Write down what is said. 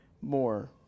more